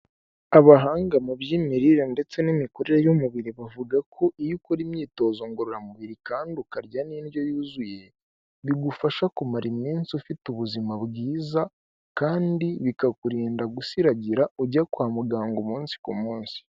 Abahanga mu by'imirire ndetse n'imikurire y'umubiri bavuga ko iyo ukora imyitozo ngororamubiri kandi ukarya n'indyo yuzuye; bigufasha kumara iminsi ufite ubuzima bwiza kandi bikakurinda gusiragira ujya kwa muganga umunsi ku munsi.